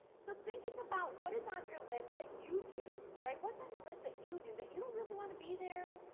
so thinking about what is on your list that you do, right, what's on the list that you do that you don't really want to be there.